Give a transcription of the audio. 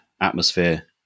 atmosphere